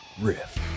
Riff